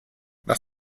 nach